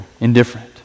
indifferent